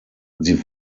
sie